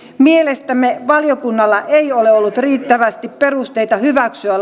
mielestämme valiokunnalla ei ole ollut riittävästi perusteita hyväksyä